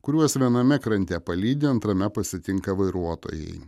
kuriuos viename krante palydi antrame pasitinka vairuotojai